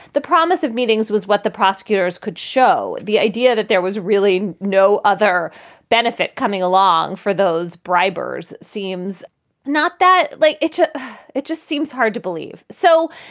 the promise of meetings was what the prosecutors could show. the idea that there was really no other benefit coming along for those bribers seems not that like it it just seems hard to believe. so,